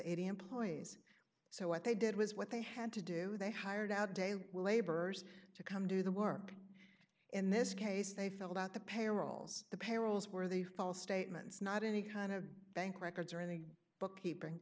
eighty employees so what they did was what they had to do they hired out day laborers to come do the work in this case they filled out the payrolls the perils were the false statements not any kind of bank records or any bookkeeping